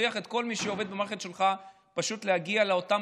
תכריח את כל מי שעובד במערכת שלך להגיע לאותם